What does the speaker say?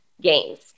games